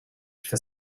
for